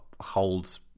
hold